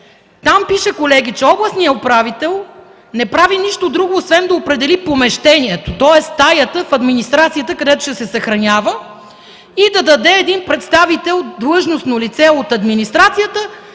Там пише, колеги, че областният управител не прави нищо друго освен да определи помещението, тоест, стаята в администрацията, където ще се съхраняват, и да даде един представител – длъжностно лице от администрацията,